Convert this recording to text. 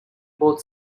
both